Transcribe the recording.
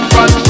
Run